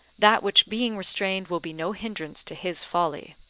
that which being restrained will be no hindrance to his folly.